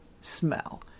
smell